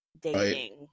dating